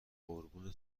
قربون